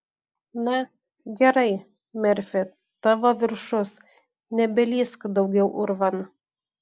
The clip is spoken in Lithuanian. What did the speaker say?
na gerai merfi tavo viršus nebelįsk daugiau urvan